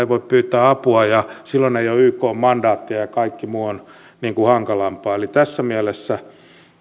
voi pyytää apua ja silloin ei ole ykn mandaattia ja kaikki muu on hankalampaa eli tässä mielessä